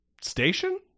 station